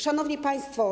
Szanowni Państwo!